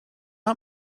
not